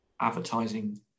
advertising